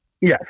Yes